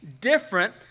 different